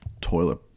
toilet